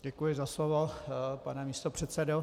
Děkuji za slovo, pane místopředsedo.